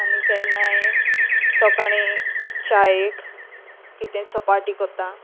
आनी केन्नाय सकाळी चायेक कितें चपाटी करता